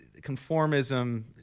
Conformism